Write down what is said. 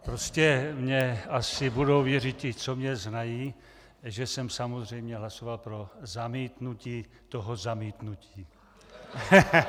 Prostě mně asi budou věřit ti, co mě znají, že jsem samozřejmě hlasoval pro zamítnutí toho zamítnutí.